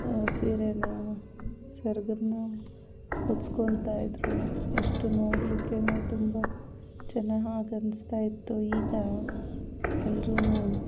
ಸೀರೆನ ಸೆರಗನ್ನು ಹೊದ್ಕೊಂತಾಯಿದ್ರು ಎಷ್ಟು ನೋಡ್ಲಿಕ್ಕೆನೇ ತುಂಬ ಜನ ಹಾಗೆ ಅನ್ನಿಸ್ತಾಯಿತ್ತು ಈಗ ಎಲ್ಲರೂ